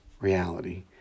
reality